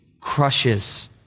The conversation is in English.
crushes